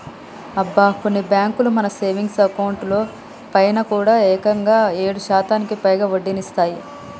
అబ్బా కొన్ని బ్యాంకులు మన సేవింగ్స్ అకౌంట్ లో పైన కూడా ఏకంగా ఏడు శాతానికి పైగా వడ్డీనిస్తున్నాయి